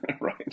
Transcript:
Right